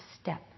step